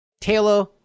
Taylor